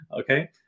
Okay